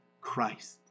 Christ